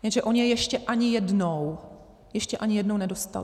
Jenže oni je ještě ani jednou, ještě ani jednou nedostali.